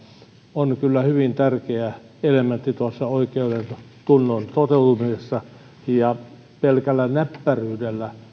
on kyllä hyvin tärkeä elementti tuossa oikeudentunnon toteutumisessa pelkkä näppäryys